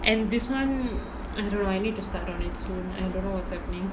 and this [one] I don't know I need to start on it soon I don't know what's happening